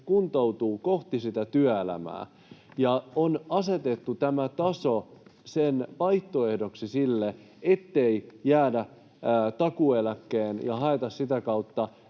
kuntoutuvat kohti työelämää, ja on asetettu tämä taso vaihtoehdoksi sille, ettei jäädä takuueläkkeelle ja haeta sitä kautta